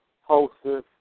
hostess